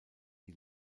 die